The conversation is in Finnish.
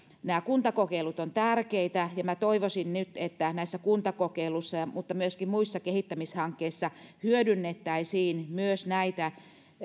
nämä kuntakokeilut ovat tärkeitä ja minä toivoisin nyt että näissä kuntakokeiluissa mutta myöskin muissa kehittämishankkeissa hyödynnettäisiin myös näitä